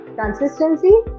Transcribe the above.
consistency